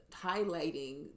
highlighting